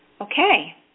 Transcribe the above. okay